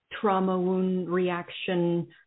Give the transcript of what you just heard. trauma-wound-reaction